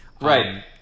Right